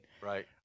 Right